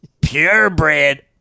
purebred